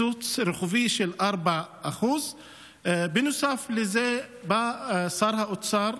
קיצוץ רוחבי של 4%. בנוסף לזה, בא שר האוצר,